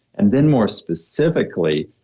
and then more specifically,